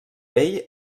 bay